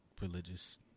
religious